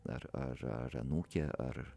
ar ar ar anūkė ar